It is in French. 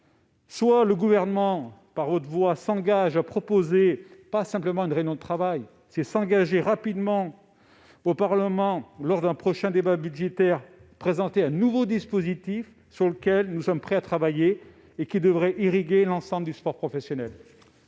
soit le Gouvernement, par votre voix, s'engage, non pas à proposer, une simple réunion de travail, mais à présenter rapidement devant le Parlement, lors d'un prochain débat budgétaire, un nouveau dispositif sur lequel nous serions prêts à travailler, et qui devra irriguer l'ensemble du sport professionnel.